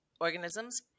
organisms